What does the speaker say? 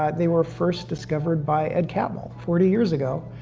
ah they were first discovered by ed catmull forty years ago.